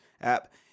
app